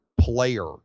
player